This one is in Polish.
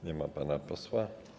Nie ma pana posła.